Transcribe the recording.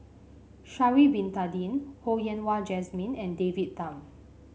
Sha'ari Bin Tadin Ho Yen Wah Jesmine and David Tham